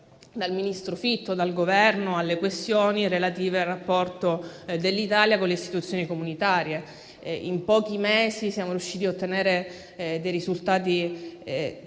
dal ministro Fitto e dal Governo alle questioni relative al rapporto dell'Italia con le istituzioni comunitarie. In pochi mesi siamo riusciti a ottenere dei risultati